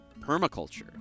permaculture